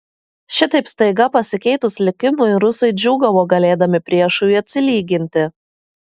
šitaip staiga pasikeitus likimui rusai džiūgavo galėdami priešui atsilyginti